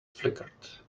flickered